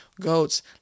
goats